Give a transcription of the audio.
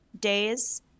days